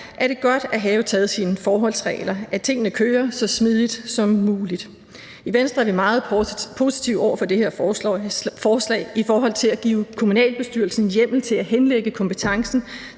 er det godt at have taget sine forholdsregler – at tingene kører så smidigt som muligt. I Venstre er vi meget positive over for det her forslag i forhold til at give kommunalbestyrelsen hjemmel til at henlægge kompetencen